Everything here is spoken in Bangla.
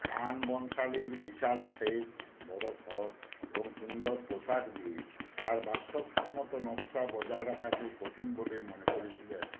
খান বনশালির বিশাল সেট বড়ো সড়ো এবং সুন্দর পোশাক দিয়ে তাঁর বাস্তবসম্মত নকশা বজায় রাখাকে কঠিন বলে মনে করেছিলেন